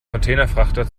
containerfrachter